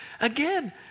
again